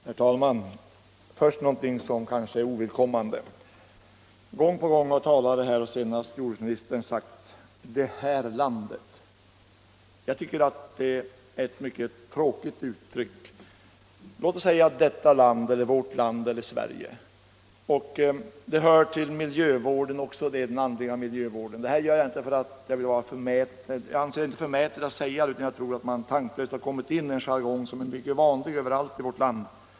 Herr talman! Först vill jag beröra något som kan te sig ovidkommande. Gång på gång har talare, senast jordbruksministern, använt uttrycket ”det här landet”. Jag tycker det är ett mycket tråkigt uttryck. Låt oss säga ”detta land”, ”vårt land” eller ”Sverige”. Det hör också till miljövården, den andliga miljövården. Jag anser det inte förmätet att påpeka detta. Jag tror att man tanklöst har börjat använda också här en jargong som är mycket vanlig överallt i vårt land.